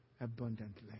abundantly